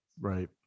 Right